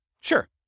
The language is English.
Sure